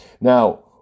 Now